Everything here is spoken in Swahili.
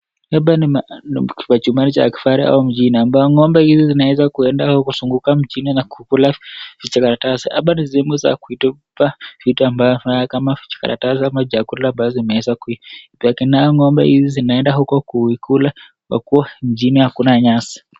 Hapa ni mahali chumba cha kifahari ama mjini ambapo ng'ombe hizi zinaweza kuenda au kuzunguka mjini na kukula hivi vichakaratasi. Hapa ni sehemu za kutupa vitu ambavyo haifai kama vichakaratasi ama chakula ambazo zimeweza kuwekwa. Na ng'ombe hizi zinaenda huko kuikula kwa kuwa mjini hakuna nyasi.